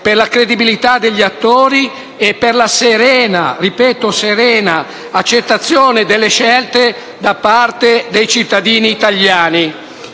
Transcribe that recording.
per la credibilità degli attori e per la serena - ripeto, serena - accettazione delle scelte da parte dei cittadini italiani.